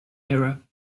era